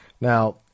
Now